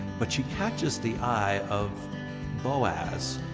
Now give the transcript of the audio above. but she catches the eye of boaz,